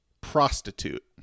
Prostitute